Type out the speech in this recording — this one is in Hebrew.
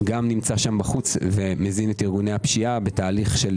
נמצא גם בחוץ ומזין את ארגוני הפשיעה בתהליך של